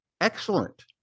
Excellent